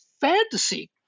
fantasy